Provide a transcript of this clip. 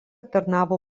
tarnavo